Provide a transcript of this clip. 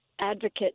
advocate